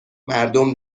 مردم